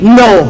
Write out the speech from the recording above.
no